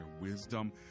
wisdom